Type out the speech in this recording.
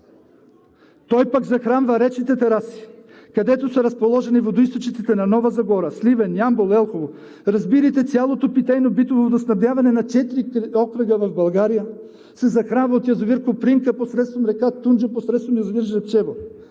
той пък захранва речните тераси, където са разположени водоизточниците на Нова Загора, Сливен, Ямбол, Елхово. Разбирайте – цялото питейно-битово водоснабдяване на четири окръга в България се захранва от язовир „Копринка“ посредством река Тунджа и посредством язовир „Жребчево“.